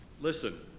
Listen